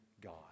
God